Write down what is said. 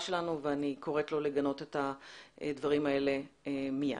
שלנו ואני קוראת לו לגנות הדברים האלה מיד.